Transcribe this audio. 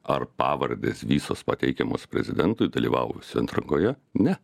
ar pavardės visos pateikiamos prezidentui dalyvavusių atrankoje ne